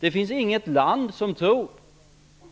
Det finns inget land som tror